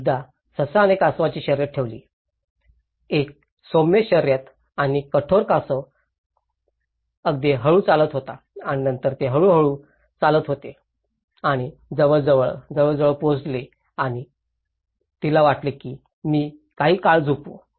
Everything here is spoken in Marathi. एकदा ससा आणि कासवांनी शर्यत ठेवली एक सौम्य शर्यत आणि कठोर कासव अगदी हळू चालत होता आणि नंतर ते अगदी हळू चालत आहे आणि जवळजवळ जवळजवळ जवळजवळ पोहोचले आहे आणि तिला वाटले की मी काही काळ झोपू